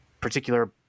particular